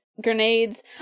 grenades